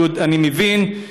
אני מבין,